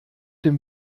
dem